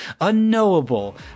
unknowable